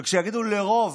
וכשיגידו לרוב,